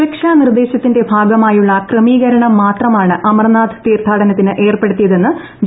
സുരക്ഷ നിർദ്ദേശത്തിന്റെ ഭാഗമായുള്ള ക്രമീകരണം മാത്രമാണ് അമർനാഥ് തീർത്ഥാടനത്തിന് ഏർപ്പെടുത്തിയതെന്ന് ജമ്മുകശ്മീർ ഗവർണർ